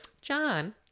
john